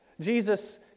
Jesus